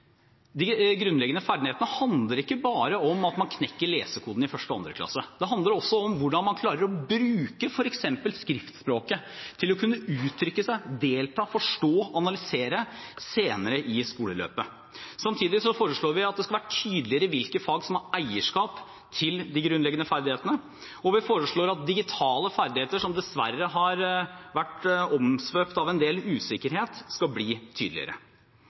De grunnleggende ferdighetene handler ikke bare om at man knekker lesekoden i 1. eller 2. klasse. Det handler også om hvordan man klarer å bruke f.eks. skriftspråket til å kunne uttrykke seg, delta, forstå og analysere senere i skoleløpet. Samtidig foreslår vi at det skal være tydeligere hvilke fag som har eierskap til de grunnleggende ferdighetene, og vi foreslår at digitale ferdigheter, som dessverre har vært omsvøpt av en del usikkerhet, skal bli tydeligere.